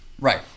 Right